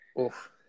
Oof